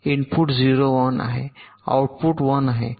input 0 1 आहेत output 1 आहे